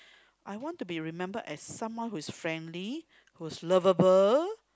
I want to be remembered as someone who is friendly who's lovable